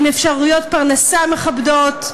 עם אפשרויות פרנסה מכבדות,